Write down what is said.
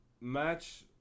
match